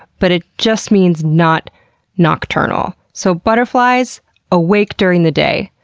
but it just means not nocturnal. so butterflies awake during the day.